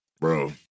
Bro